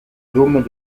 dôme